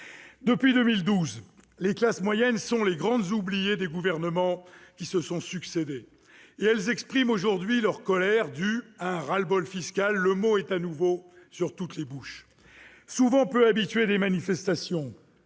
Depuis 2012, les classes moyennes sont les grandes oubliées des gouvernements successifs. Elles expriment aujourd'hui leur colère due à un ras-le-bol fiscal- le mot est de nouveau sur toutes les lèvres. Souvent peu habituées des manifestations,